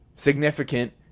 significant